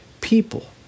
people